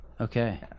Okay